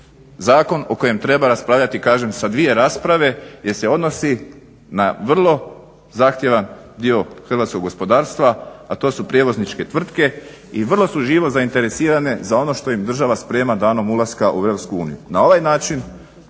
zakon o kojem treba raspravljati sa dvije rasprave jer se odnosi na vrlo zahtjevan dio hrvatskog gospodarstva, a to su prijevozničke tvrtke i vrlo su živo zainteresirane za ono što im država sprema danom ulaska u EU. i vrlo